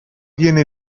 viene